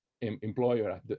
employer